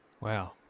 wow